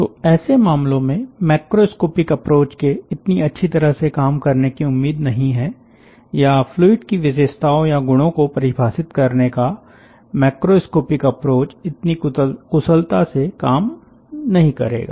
तो ऐसे मामलों में मैक्रोस्कोपिक अप्रोच के इतनी अच्छी तरह से काम करने की उम्मीद नहीं है या फ्लूइड की विशेषताओं या गुणों को परिभाषित करने का मैक्रोस्कोपिक अप्रोच इतनी कुशलता से काम नहीं करेगा